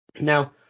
Now